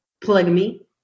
polygamy